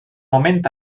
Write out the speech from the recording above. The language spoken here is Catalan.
moment